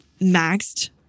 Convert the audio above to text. maxed